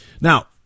Now